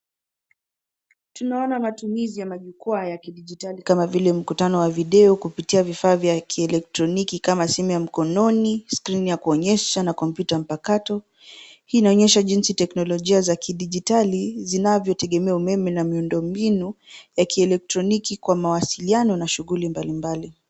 Tunaona matumizi ya majukwaa ya kidigitali kama vile mkutano wa video kupitia vifaa vya kielectroniki kama simu ya mkononi, skrini ya kuonyesha na komputa mpakato. Hii inaonyesha jinsi teknolojia za kidigitali zinavyotegemea umeme na muindo mbinu ya kielectroniki kwa mawasiliano na shughuli mbali mbali.